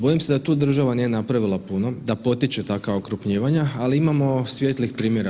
Bojim se da tu država nije napravila puno, a potiče takva okrupnjivanja ali imamo svijetlih primjera.